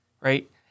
right